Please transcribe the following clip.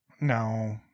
No